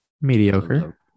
mediocre